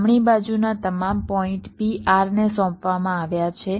જમણી બાજુના તમામ પોઇન્ટ P R ને સોંપવામાં આવ્યા છે